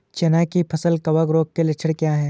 चना की फसल कवक रोग के लक्षण क्या है?